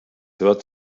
hört